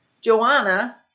Joanna